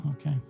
okay